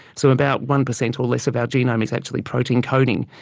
so about one percent or less of our genome is actually protein coding.